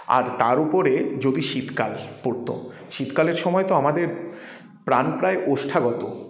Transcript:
আর তার উপরে যদি শীতকাল পড়ত শীতকালের সময় তো আমাদের প্রাণ প্রায় ওষ্ঠাগত